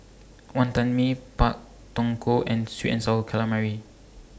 Wantan Mee Pak Thong Ko and Sweet and Sour Calamari